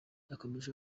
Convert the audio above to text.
yakomeje